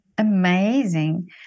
Amazing